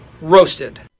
Roasted